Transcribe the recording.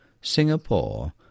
Singapore